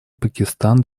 пакистан